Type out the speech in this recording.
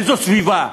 איזו סביבה?